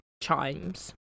chimes